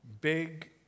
big